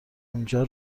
اونجا